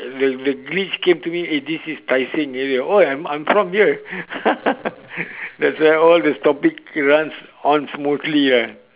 the the glitch came to me eh this is tai seng area oh I'm I'm from here that's why all these topic runs on smoothly lah